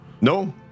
No